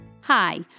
Hi